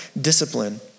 discipline